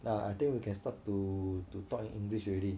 I think we can start to to talk in english already